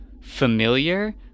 familiar